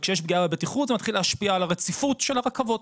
וכשיש פגיעה בבטיחות זה מתחיל להשפיע על הרציפות של הרכבות,